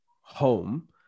home